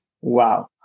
Wow